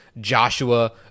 Joshua